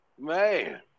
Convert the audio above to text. man